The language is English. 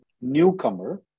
newcomer